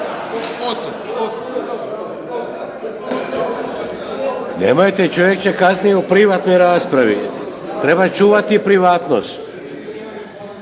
Nemojte, čovjek će kasnit u privatnoj raspravi. Treba čuvati privatnost.